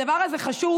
הדבר הזה חשוב